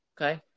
Okay